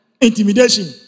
intimidation